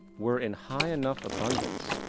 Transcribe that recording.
were in high enough abundance,